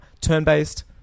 turn-based